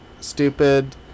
Stupid